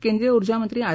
केंद्रीय उर्जा मंत्री आर